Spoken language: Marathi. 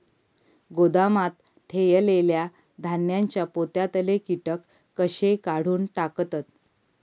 गोदामात ठेयलेल्या धान्यांच्या पोत्यातले कीटक कशे काढून टाकतत?